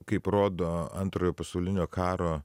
kaip rodo antrojo pasaulinio karo